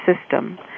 system